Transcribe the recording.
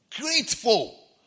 Grateful